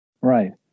Right